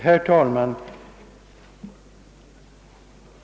Herr talman!